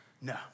No